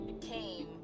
came